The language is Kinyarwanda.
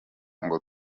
ngo